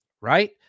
Right